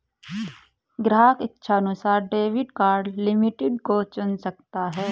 ग्राहक इच्छानुसार debit card limit को चुन सकता है